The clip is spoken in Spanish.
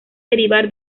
derivar